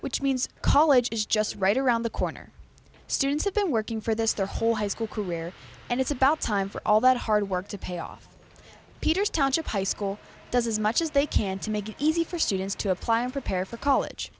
which means college is just right around the corner students have been working for this their whole high school career and it's about time for all that hard work to pay off peters township high school does as much as they can to make it easy for students to apply and prepare for college